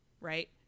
right